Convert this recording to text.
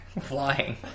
flying